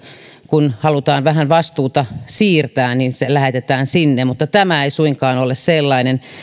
kun halutaan vähän vastuuta siirtää niin asia lähetetään sinne mutta tämä ei suinkaan ole sellainen